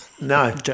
No